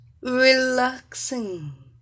relaxing